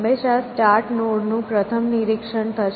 હંમેશાં સ્ટાર્ટ નોડનું પ્રથમ નિરીક્ષણ થશે